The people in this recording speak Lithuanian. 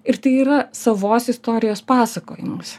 ir tai yra savos istorijos pasakojimas